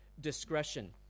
discretion